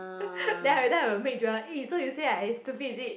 then I every time I will make Joel eh so you say I stupid is it